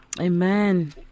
Amen